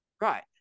Right